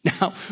Now